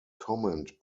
comment